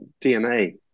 DNA